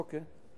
אוקיי.